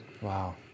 Wow